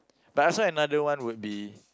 but I also another one would be